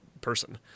person